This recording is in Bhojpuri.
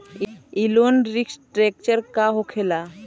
ई लोन रीस्ट्रक्चर का होखे ला?